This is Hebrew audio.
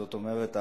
זאת אומרת,